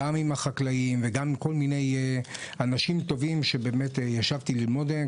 גם על החקלאים וגם עם כל מיני אנשים טובים שישבתי ללמוד מהם,